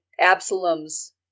Absalom's